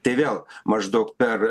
tai vėl maždaug per